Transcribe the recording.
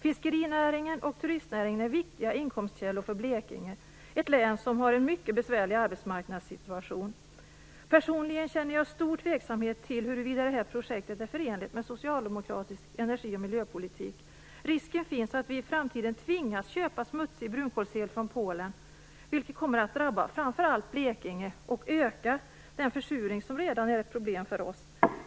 Fiskerinäringen och turistnäringen är viktiga inkomstkällor för Blekinge, ett län som har en mycket besvärlig arbetsmarknadssituation. Personligen känner jag stor tveksamhet till huruvida det här projektet är förenligt med socialdemokratisk energi och miljöpolitik. Risken finns att vi i framtiden tvingas att köpa smutsig brunkolsel från Polen, något som framför allt kommer att drabba Blekinge och öka den försurning som redan är ett problem för oss.